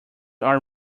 are